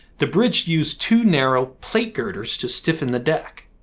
the bridge used two narrow plate girders to stiffen the deck,